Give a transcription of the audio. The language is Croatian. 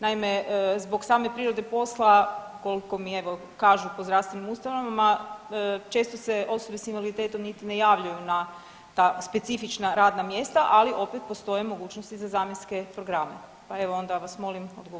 Naime, zbog same prirode posla, koliko mi, evo, kažu po zdravstvenim ustanovama, često se osobe s invaliditetom niti ne javljaju na ta specifična radna mjesta, ali opet, postoje mogućnosti za zamjenske programe, pa evo, onda vas molim, odgovorite.